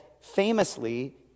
famously